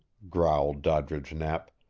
growled doddridge knapp.